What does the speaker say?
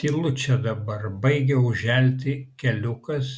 tylu čia dabar baigia užželti keliukas